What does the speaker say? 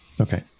Okay